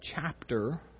chapter